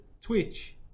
Twitch